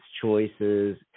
choices